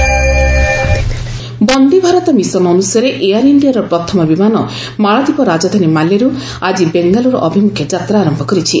Vande Bharat mission Vande Bharat mission ଅନ୍ତସାରେ air ଇଣ୍ଡିଆର ପ୍ରଥମ ବିମାନ ମାଳଦୀପ ରାଜଧାନୀ ମାଲେରୁ ଆଜି ବେଙ୍ଗାଲୁରୁ ଅଭିମୁଖେ ଯାତ୍ରା ଆରମ୍ଭ କରିଛି